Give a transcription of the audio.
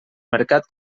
mercat